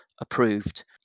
approved